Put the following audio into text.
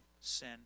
sin